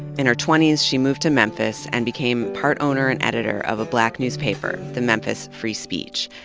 in her twenty s, she moved to memphis and became part owner and editor of a black newspaper, the memphis free speech.